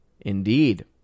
Indeed